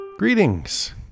Greetings